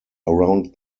around